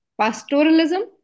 Pastoralism